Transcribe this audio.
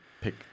pick